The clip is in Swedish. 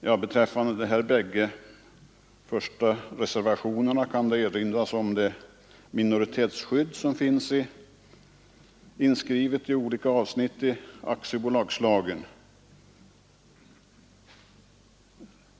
I anslutning till de båda första reservationerna kan jag erinra om det minoritetsskydd som finns inskrivet i olika avsnitt av aktiebolagslagen.